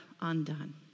undone